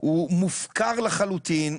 והוא מופקר לחלוטין.